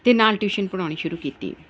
ਅਤੇ ਨਾਲ ਟਿਊਸ਼ਨ ਪੜ੍ਹਾਉਣੀ ਸ਼ੁਰੂ ਕੀਤੀ